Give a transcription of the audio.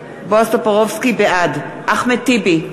בעד אחמד טיבי,